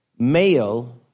Male